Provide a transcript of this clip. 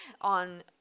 on